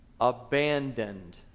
abandoned